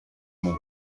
μου